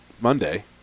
Monday